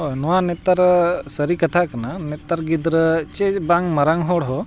ᱦᱳᱭ ᱱᱚᱣᱟ ᱱᱮᱛᱟᱨ ᱥᱟᱹᱨᱤ ᱠᱟᱛᱷᱟ ᱠᱟᱱᱟ ᱱᱮᱛᱟᱨ ᱜᱤᱫᱽᱨᱟᱹ ᱪᱮᱫ ᱵᱟᱝ ᱢᱟᱨᱟᱝ ᱦᱚᱲ ᱦᱚᱸ